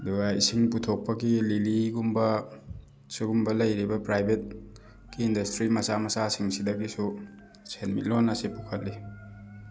ꯑꯗꯨꯒ ꯏꯁꯤꯡ ꯄꯨꯊꯣꯛꯄꯒꯤ ꯂꯤꯂꯤꯒꯨꯝꯕ ꯁꯨꯒꯨꯝꯕ ꯂꯩꯔꯤꯕ ꯄ꯭ꯔꯥꯏꯚꯦꯠꯀꯤ ꯏꯟꯗꯁꯇ꯭ꯔꯤ ꯃꯆꯥ ꯃꯆꯥꯁꯤꯡꯁꯤꯗꯒꯤꯁꯨ ꯁꯦꯟꯃꯤꯠꯂꯣꯟ ꯑꯁꯤ ꯄꯨꯈꯠꯂꯤ